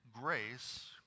grace